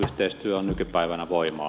yhteistyö on nykypäivänä voimaa